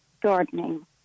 gardening